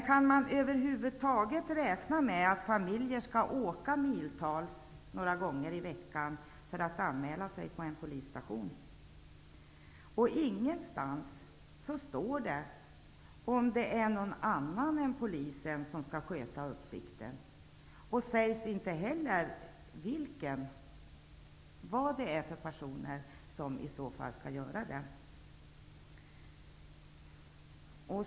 Kan man över huvud taget räkna med att familjer skall åka miltals några gånger i veckan för att anmäla sig på en polisstation? Ingenstans i betänkandet står om det är någon annan än polisen som skall sköta uppsikten, och det sägs inte heller vad för slags personer som i så fall skall göra det.